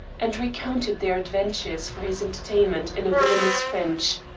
and recounted their adventures for his entertainment in a villainous french